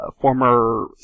former